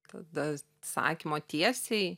tada sakymo tiesiai